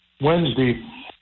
Wednesday